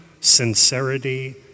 sincerity